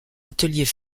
ateliers